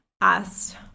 asked